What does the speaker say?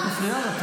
את מפריעה לה.